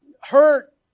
hurt